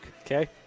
Okay